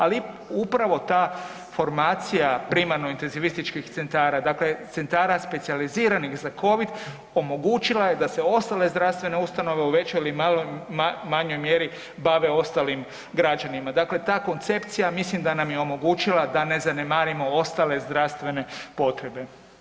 Ali upravo ta formacija primarno intenzivističkih cenata, dakle centara specijaliziranih za covid omogućila je da se ostale zdravstvene ustanove u većoj ili manjoj mjeri bave ostalim građanima, dakle ta koncepcija mislim da nam je omogućila da ne ne zanemarimo ostale zdravstvene potrebe.